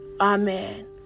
Amen